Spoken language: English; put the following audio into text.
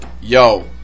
yo